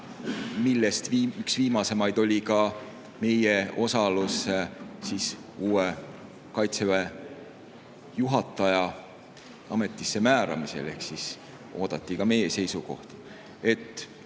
millest üks viimaseid oli meie osalus uue Kaitseväe juhataja ametisse määramisel, ehk oodati ka meie seisukohta. Ma